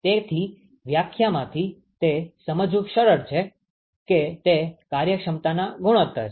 તેથી વ્યાખ્યામાંથી તે સમજવું સરળ છે કે તે કાર્યક્ષમતાના ગુણોત્તર છે